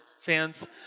fans